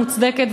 מוצדקת,